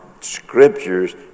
scriptures